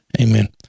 amen